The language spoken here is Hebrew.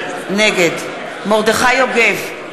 נגד מרדכי יוגב,